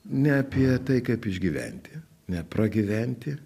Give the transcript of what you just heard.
ne apie tai kaip išgyventi ne pragyventi